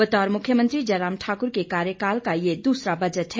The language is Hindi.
बतौर मुख्यमंत्री जयराम ठाकुर के कार्यकाल का ये दूसरा बजट है